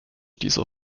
dieser